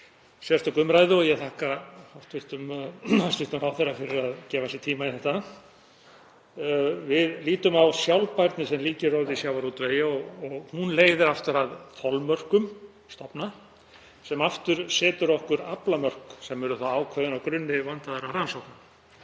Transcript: sérstöku umræðu og ég þakka hæstv. ráðherra fyrir að gefa sér tíma í hana. Við lítum á sjálfbærni sem lykilorð í sjávarútvegi. Hún leiðir aftur að þolmörkum stofna, sem setur okkur aflamörk sem verða þá ákveðin á grunni vandaðra rannsókna.